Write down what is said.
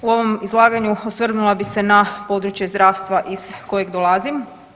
U ovom izlaganju osvrnula bi se na područje zdravstva iz kojeg dolazim.